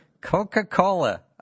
Coca-Cola